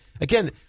Again